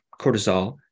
cortisol